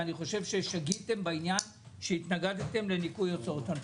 ואני חושב ששגיתם בעניין שהתנגדתם לניכוי הוצאות הנפקה.